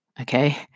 okay